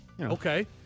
Okay